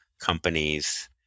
companies